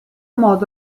modo